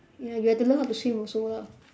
ya you have to learn how to swim also lah